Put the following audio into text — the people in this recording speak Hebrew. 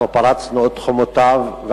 אנחנו פרצנו את חומותיו,